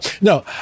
no